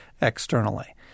externally